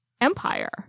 empire